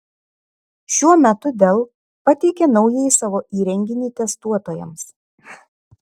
šiuo metu dell pateikė naująjį savo įrenginį testuotojams